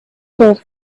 hope